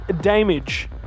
damage